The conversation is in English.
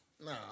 Nah